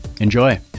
Enjoy